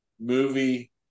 movie